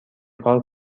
کار